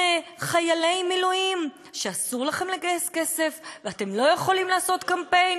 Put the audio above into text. חיילי מילואים שאסור לכם לגייס כסף ואתם לא יכולים לעשות קמפיין,